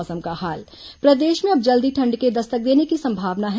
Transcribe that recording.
मौसम प्रदेश में अब जल्द ही ठंड के दस्तक देने की संभावना है